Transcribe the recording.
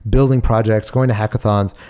building projects, going to hackathons,